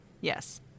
Yes